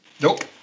Nope